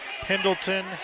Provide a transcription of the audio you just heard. Pendleton